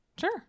sure